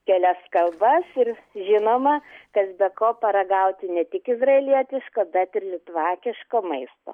kelias kalbas ir žinoma kas be ko paragauti ne tik izraelietiško bet ir litvakiško maisto